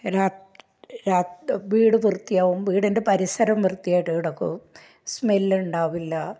രാത് രാത് വീട് വൃത്തിയാവും വീടിൻ്റെ പരിസരം വൃത്തിയായിട്ട് കിടക്കും സ്മെല്ല് ഉണ്ടാവില്ല